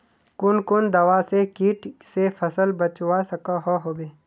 कुन कुन दवा से किट से फसल बचवा सकोहो होबे?